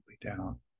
down